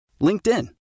LinkedIn